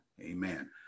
amen